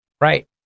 Right